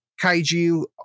kaiju